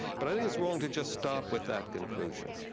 but i think it's wrong to just stop with that conclusion.